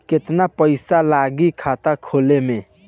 केतना पइसा लागी खाता खोले में?